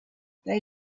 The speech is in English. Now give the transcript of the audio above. they